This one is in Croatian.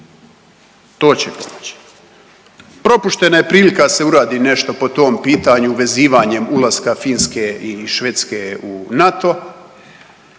to će im pomoći. Propuštena je prilika da se uradi nešto po tom pitanju vezivanjem ulaska Finske i Švedske u NATO,